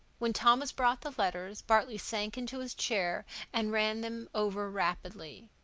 when thomas brought the letters, bartley sank into his chair and ran them over rapidly.